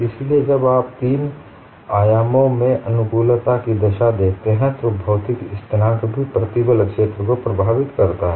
इसलिए जब आप तीन आयामों में अनुकूलता की दशा देखते हैं तो भौतिक स्थिरांक भी प्रतिबल क्षेत्र को प्रभावित करता है